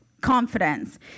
confidence